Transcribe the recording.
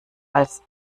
als